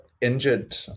Injured